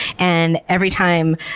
and every time,